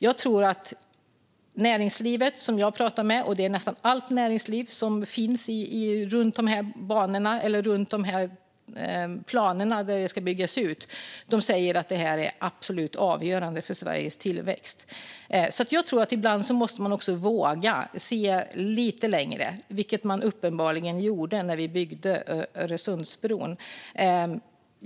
De inom näringslivet som jag har talat med, och det är nästan allt näringsliv som finns runt om i de områden där det ska byggas ut enligt planerna, säger att det är absolut avgörande för Sveriges tillväxt. Ibland måste man också våga se lite längre. Det gjorde man uppenbarligen när man byggde Öresundsbron.